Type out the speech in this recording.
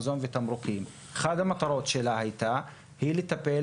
מזון ותמרוקים אחת המטרות שלה הייתה לטפל